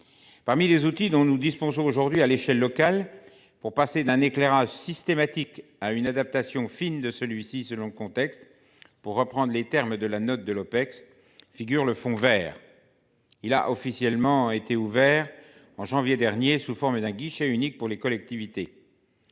Parmi les outils dont nous disposons aujourd'hui à l'échelle locale pour passer d'un éclairage systématique à une adaptation fine de celui-ci selon contexte pour reprendre les termes de la note de l'Opecst figure le Fonds Vert. Il a officiellement été ouvert en janvier dernier sous forme d'un guichet unique pour les collectivités.